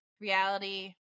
reality